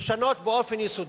לשנות באופן יסודי.